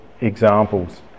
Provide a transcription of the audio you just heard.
examples